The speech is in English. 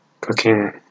cooking